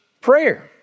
prayer